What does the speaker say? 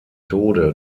tode